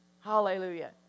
Hallelujah